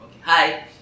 Hi